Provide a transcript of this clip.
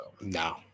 no